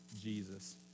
Jesus